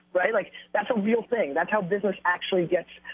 right? like that's a real thing. that's how business actually gets,